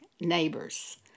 neighbors